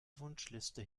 wunschliste